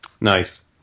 Nice